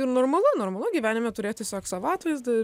ir normalu normalu gyvenime turėt tiesiog savo atvaizdą